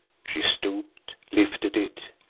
she stooped, lifted it,